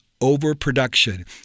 overproduction